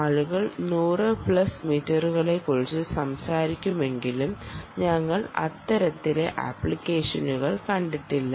ആളുകൾ നൂറ് പ്ലസ് മീറ്ററുകളെക്കുറിച്ച് സംസാരിക്കുമെങ്കിലും ഞങ്ങൾ അത്തരത്തിലെ ആപ്ലിക്കേഷനുകൾ കണ്ടിട്ടില്ല